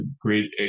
great